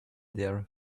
their